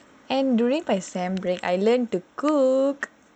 and during by semester break I learnt to cook